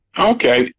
Okay